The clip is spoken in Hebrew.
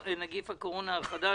נגיף הקורונה החדש),